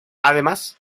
además